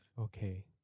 Okay